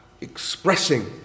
expressing